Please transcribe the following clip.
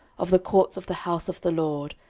of the courts of the house of the lord,